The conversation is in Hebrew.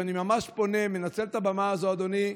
ואני ממש פונה, מנצל את הבמה הזו, אדוני,